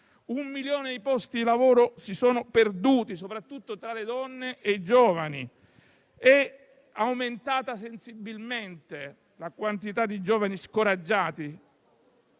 1 milione di posti di lavoro sono andati perduti, soprattutto tra le donne e i giovani; è aumentata sensibilmente la quantità di giovani scoraggiati.